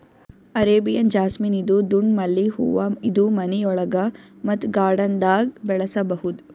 Arabian jasmine ಇದು ದುಂಡ್ ಮಲ್ಲಿಗ್ ಹೂವಾ ಇದು ಮನಿಯೊಳಗ ಮತ್ತ್ ಗಾರ್ಡನ್ದಾಗ್ ಬೆಳಸಬಹುದ್